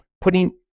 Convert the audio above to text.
putting